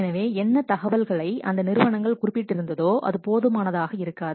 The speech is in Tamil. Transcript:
எனவே என்ன தகவல்களைக் அந்த நிறுவனங்கள் குறிப்பிட்டிருந்ததோ அது போதுமானதாக இருக்காது